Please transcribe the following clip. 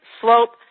slope